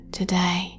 today